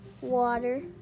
water